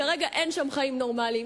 כרגע אין חיים נורמליים,